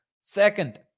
Second